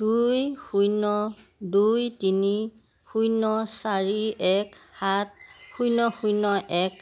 দুই শূন্য দুই তিনি শূন্য চাৰি এক সাত শূন্য শূন্য এক